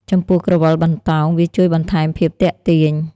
ចំពោះក្រវិលបណ្តោង វាជួយបន្ថែមភាពទាក់ទាញ។